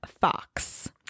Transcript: Fox